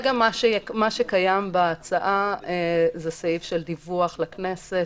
מה שקיים כרגע בהצעה זה סעיף דיווח לכנסת,